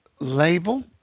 Label